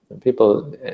People